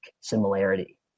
similarity